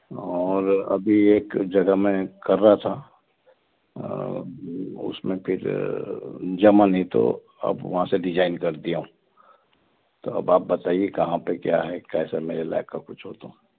और अभी एक जगह मैं कर रहा था उसमें फिर जमा नहीं तो अब वहाँ से रिजाइन कर दिया तो अब आप बताइए कहाँ पे क्या है कैसा मेरे लायक का कुछ हो तो